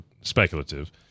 Speculative